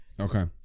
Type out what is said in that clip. okay